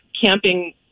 camping